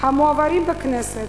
המועברים בכנסת,